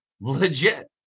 Legit